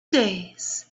days